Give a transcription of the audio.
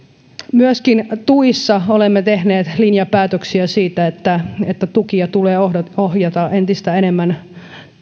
myöskin tuissa olemme tehneet linjapäätöksiä siitä että että tukia tulee ohjata ohjata entistä enemmän